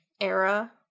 era